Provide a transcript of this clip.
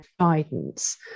guidance